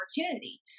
opportunity